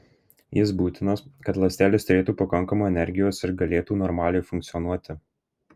jis būtinas kad ląstelės turėtų pakankamai energijos ir galėtų normaliai funkcionuoti